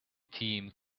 team